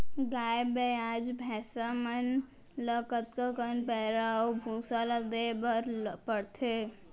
गाय ब्याज भैसा मन ल कतका कन पैरा अऊ भूसा ल देये बर पढ़थे?